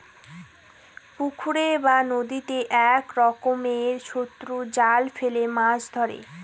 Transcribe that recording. পুকুরে বা নদীতে এক রকমের শক্ত জাল ফেলে মাছ ধরে